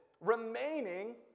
Remaining